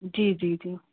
जी जी जी